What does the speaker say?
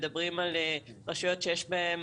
מדברים על רשויות שיש להן